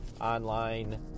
online